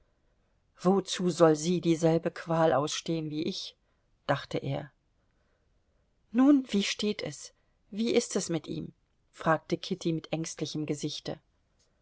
wozu soll sie dieselbe qual ausstehen wie ich dachte er nun wie steht es wie ist es mit ihm fragte kitty mit ängstlichem gesichte